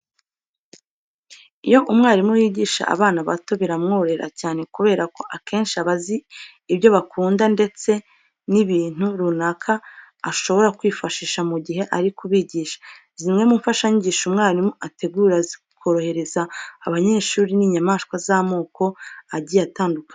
Iyo umwarimu yigisha abana bato biramworohera cyane kubera ko akenshi aba azi ibyo bakunda ndetse n'ibintu runaka ashobora kwifashisha mu gihe ari kubigisha. Zimwe mu mfashanyigisho umwarimu ategura zikorohereza abanyeshuri ni inyamaswa z'amoko agiye atandukanye.